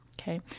Okay